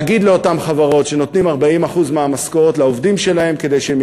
להגיד לאותן חברות שנותנים 40% מהמשכורות לעובדים שלהן כדי שהן